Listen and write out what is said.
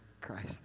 Christ